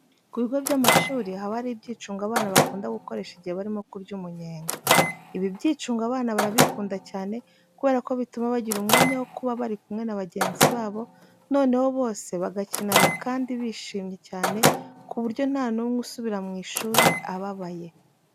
Ku bigo by'amashuri haba hari ibyicungo abana bakunda gukoresha igihe barimo kurya umunyenga. Ibi byicungo abana barabikunda cyane kubera ko bituma bagira umwanya wo kuba bari kumwe na bagenzi babo, noneho bose bagakinana kandi bishimye cyane ku buryo nta n'umwe subira mu ishuri ababaye.